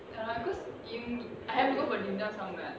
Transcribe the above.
ya lah because y~ I have to go for dinner somewhere